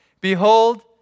Behold